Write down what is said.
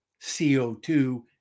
CO2